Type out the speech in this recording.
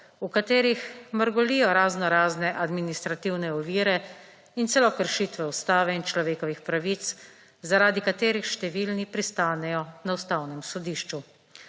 v katerih mrgolijo raznorazne administrativne ovire in celo kršitve Ustave in človekovih pravic zaradi katerih številni pristanejo na Ustavnem sodišču.